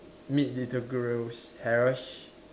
meet little girls harass